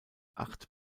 acht